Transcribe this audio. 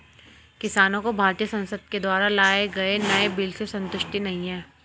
किसानों को भारतीय संसद के द्वारा लाए गए नए बिल से संतुष्टि नहीं है